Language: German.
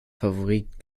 favorit